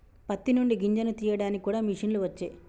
పత్తి నుండి గింజను తీయడానికి కూడా మిషన్లు వచ్చే